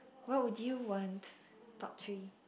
what would you want top three